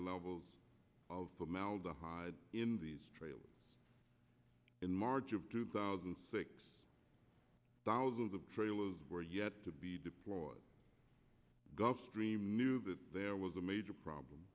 levels of formaldehyde in these trailers in march of two thousand and six thousands of trailers were yet to be deployed gulfstream knew that there was a major problem